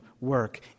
work